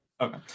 Okay